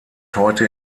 heute